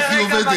איך היא עובדת.